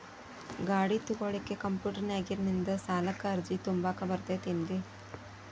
ಗಾಡಿ ತೊಗೋಳಿಕ್ಕೆ ಕಂಪ್ಯೂಟೆರ್ನ್ಯಾಗಿಂದ ಸಾಲಕ್ಕ್ ಅರ್ಜಿ ತುಂಬಾಕ ಬರತೈತೇನ್ರೇ?